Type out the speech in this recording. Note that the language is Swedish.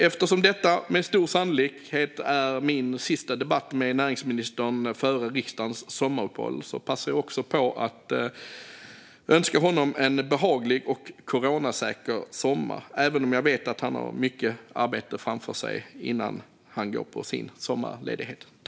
Eftersom detta med stor sannolikhet är min sista debatt med näringsministern före riksdagens sommaruppehåll passar jag på att önska honom en behaglig och coronasäker sommar, även om jag vet att han har mycket arbete framför sig innan han går på sin sommarledighet.